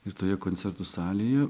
ir toje koncertų salėje